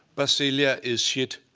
brasilia is shit.